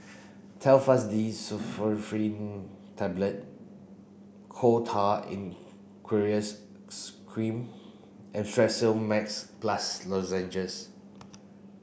Telfast D Pseudoephrine Tablets Coal Tar in Aqueous Cream and Strepsil Max Plus Lozenges